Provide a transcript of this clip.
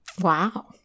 Wow